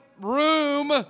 room